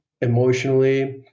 emotionally